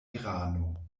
irano